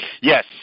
Yes